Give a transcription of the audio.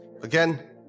again